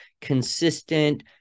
consistent